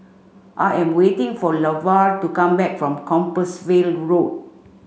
I am waiting for Lavar to come back from Compassvale Road